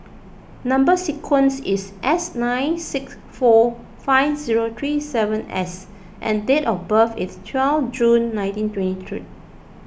Number Sequence is S nine six four five zero three seven S and date of birth is twelve June nineteen twenty three